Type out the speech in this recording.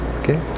Okay